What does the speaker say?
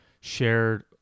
shared